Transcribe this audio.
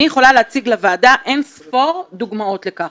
אני יכולה להציג לוועדה אינספור דוגמאות לכך.